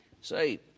say